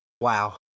Wow